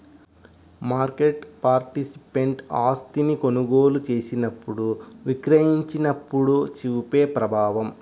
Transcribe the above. market participant ఆస్తిని కొనుగోలు చేసినప్పుడు, విక్రయించినప్పుడు చూపే ప్రభావం